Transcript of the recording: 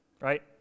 right